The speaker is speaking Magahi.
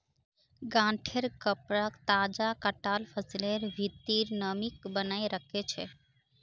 गांठेंर कपडा तजा कटाल फसलेर भित्रीर नमीक बनयें रखे छै